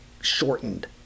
shortened